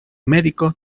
médico